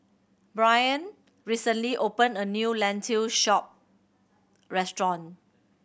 Brain recently opened a new Lentil Soup restaurant